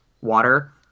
Water